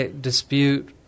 dispute